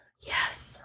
Yes